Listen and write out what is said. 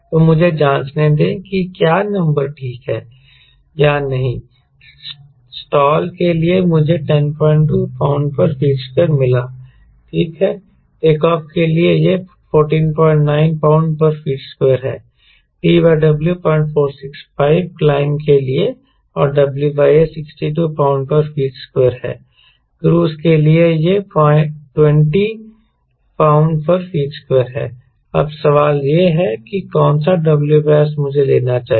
तो मुझे जांचने दें कि क्या नंबर ठीक हैं या नहीं स्टाल के लिए मुझे 102 lb ft2 मिला ठीक है टेकऑफ़ के लिए यह 149 lb ft2 है T W 0465 क्लाइंब के लिए और W S 62 lb ft2 है क्रूज़ के लिए यह 20 lb ft2 है अब सवाल यह है कि कौनसा W S मुझे लेना चाहिए